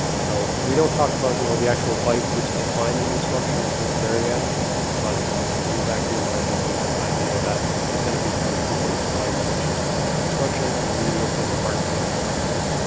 so we don't talk about you know the actual bytes which define an actual instruction until the very end but in the back your mind you can have an idea that there's going to be some sequence of bytes which define an instruction and immediate is a hard coded constant